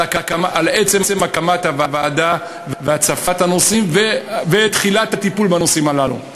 על עצם הקמת הוועדה והצפת הנושאים ותחילת הטיפול בנושאים הללו.